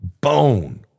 bone